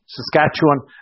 Saskatchewan